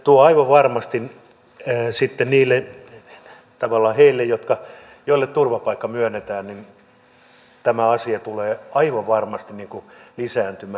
tavallaan aivan varmasti sitten heillä joille turvapaikka myönnetään tämä asia tulee lisääntymään